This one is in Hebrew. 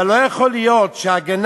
אבל לא יכול להיות שההגנה